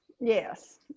yes